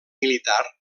militar